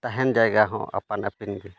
ᱛᱟᱦᱮᱱ ᱡᱟᱭᱜᱟ ᱦᱚᱸ ᱟᱯᱟᱱ ᱟᱹᱯᱤᱱ ᱜᱮ